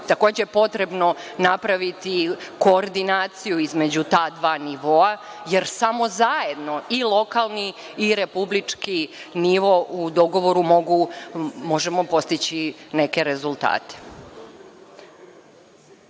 da je takođe napraviti koordinaciju između ta dva nivoa, jer samo zajedno i lokalni i republički nivo u dogovoru mogu postići neke rezultate.